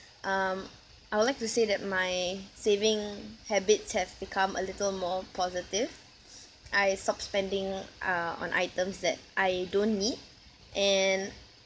um I would like to say that my saving habits have become a little more positive I stopped spending uh on items that I don't need and